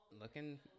looking